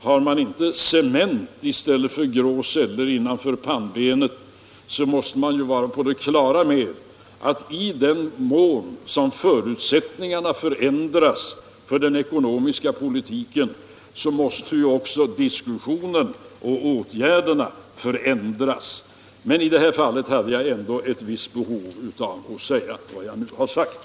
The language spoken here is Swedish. Har man inte cement i stället för grå celler innanför pannbenet så måste man ju vara på det klara med att i den mån som förutsättningarna förändras för den ekonomiska politiken, så måste också diskussionerna och åtgärderna förändras. Men i detta fall hade jag ändå ett visst behov av att säga vad jag nu har sagt.